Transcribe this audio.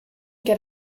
get